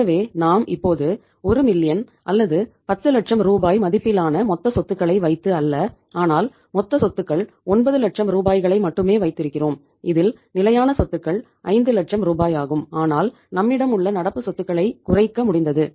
ஆகவே நாம் இப்போது 1 மில்லியன் அல்லது 10 லட்சம் ரூபாய் மதிப்பிலான மொத்த சொத்துக்களை வைத்து அல்ல ஆனால் மொத்த சொத்துக்கள் 9 லட்சம் ரூபாய்களை மட்டுமே வைத்திருக்கிறோம் இதில் நிலையான சொத்துக்கள் 5 லட்சம் ரூபாயாகும் ஆனால் நம்மிடம் உள்ள நடப்பு சொத்துக்களைக் குறைக்க முடிந்தது